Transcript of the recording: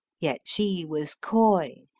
yet she was coye,